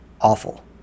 awful